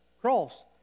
Cross